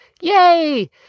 Yay